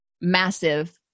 massive